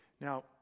Now